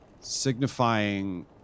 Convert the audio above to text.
signifying